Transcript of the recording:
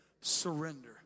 surrender